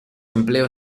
empleo